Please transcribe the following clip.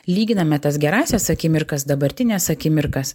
lyginame tas gerąsias akimirkas dabartines akimirkas